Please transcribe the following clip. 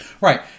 right